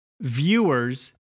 viewers